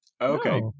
okay